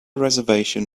reservation